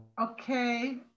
Okay